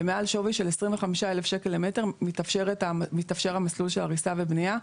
ומעל שווי של 25,000 למטר מתאפשר המסלול של הריסה ובנייה.